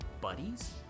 buddies